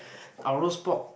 our roast pork